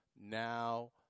now